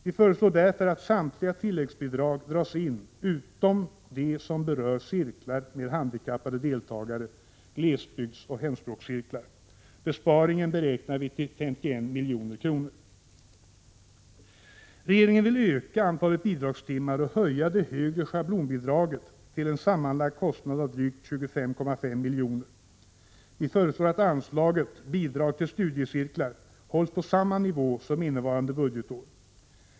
Vi föreslår därför att samtliga tilläggsbidrag dras in utom de som berör cirklar med handikappade deltagare, glesbygdsoch hemspråkscirklar. Besparingen beräknar vi till 51 milj.kr. Regeringen vill öka antalet bidragstimmar och höja det högre schablonbidraget till en sammanlagd kostnad av drygt 25,5 milj.kr. Vi föreslår att anslaget Bidrag till studiecirklar hålls på samma nivå som innevarande budgetår.